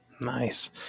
nice